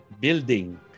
building